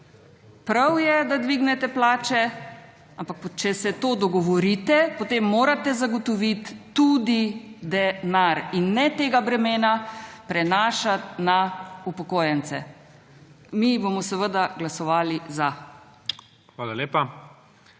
Prav je, da dvignete plače, ampak če se to dogovorite, potem morate zagotoviti tudi denar in ne tega bremena prenašati na upokojence. Mi bomo seveda glasovali za.